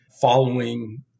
following